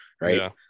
right